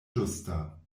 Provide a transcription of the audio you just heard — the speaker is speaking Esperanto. ĝusta